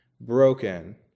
broken